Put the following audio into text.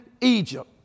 Egypt